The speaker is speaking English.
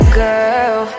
girl